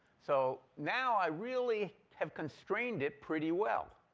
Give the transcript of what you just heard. so now i really have constrained it pretty well.